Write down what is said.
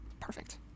perfect